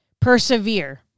persevere